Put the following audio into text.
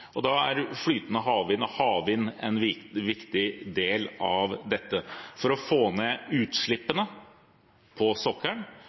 Da er flytende havvind og havvind en viktig del av dette, for å få ned utslippene på sokkelen,